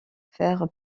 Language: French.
faire